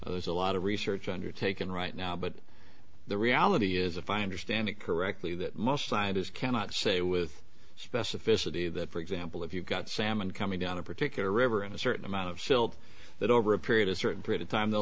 evolving there's a lot of research undertaken right now but the reality is if i understand it correctly that most scientists cannot say with specificity that for example if you've got salmon coming down a particular river in a certain amount of silt that over a period a certain period of time they'll